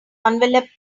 envelope